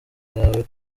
yawe